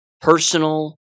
personal